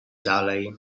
dalej